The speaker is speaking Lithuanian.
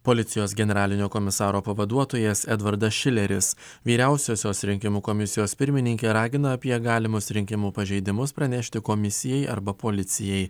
policijos generalinio komisaro pavaduotojas edvardas šileris vyriausiosios rinkimų komisijos pirmininkė ragina apie galimus rinkimų pažeidimus pranešti komisijai arba policijai